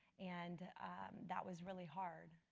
and that was really hard.